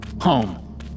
Home